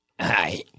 Hi